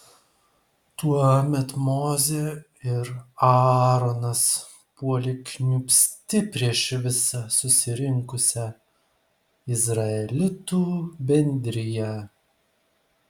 tuomet mozė ir aaronas puolė kniūbsti prieš visą susirinkusią izraelitų bendriją